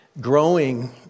growing